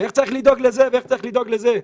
איך צריך לדאוג לזה ואיך צריך לדאוג לזה.